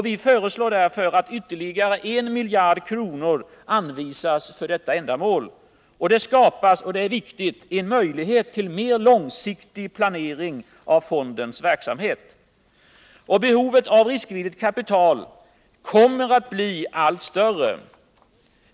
Vi föreslår därför att ytterligare 1 miljard kronor anvisas för detta ändamål. Så skapas — och det är viktigt — en möjlighet till mer långsiktig planering av fondens verksamhet. Behovet av riskvilligt kapital kommer att bli allt större.